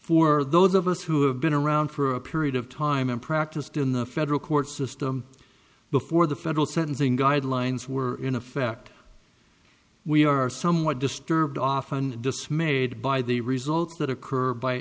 for those of us who have been around for a period of time and practiced in the federal court system before the federal sentencing guidelines were in effect we are somewhat disturbed often dismayed by the results that occur by